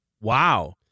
Wow